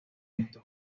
estos